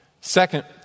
Second